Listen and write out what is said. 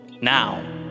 now